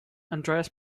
andreas